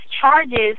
charges